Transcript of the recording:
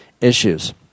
issues